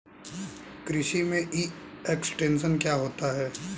कृषि में e extension क्या है?